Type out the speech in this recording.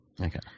Okay